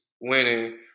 winning